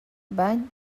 bany